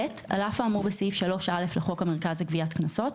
(ב) על אף האמור בסעיף 3(א) לחוק המרכז לגביית קנסות,